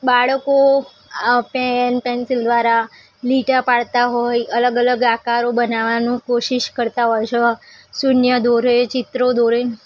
બાળકો આ pen pencil દ્વારા લીટા પડતાં હોય અલગ અલગ આકારો બનાવવાની કોશિશ કરતાં હોય છે શૂન્ય દોરે ચિત્રો દોરે